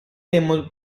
dei